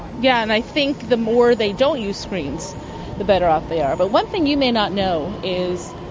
yeah and i think the more they don't use screens the better off they are. but one thing you may not know is,